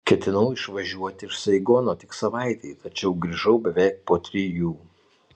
ketinau išvažiuoti iš saigono tik savaitei tačiau grįžau beveik po trijų